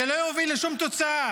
זה לא יוביל לשום תוצאה.